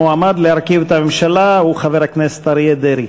המועמד להרכיב את הממשלה הוא חבר הכנסת אריה דרעי.